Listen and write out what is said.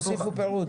תוסיפו פירוט.